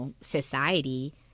society